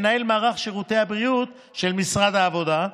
מנהל מערך שירותי הבריאות של משרד העבודה,